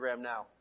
now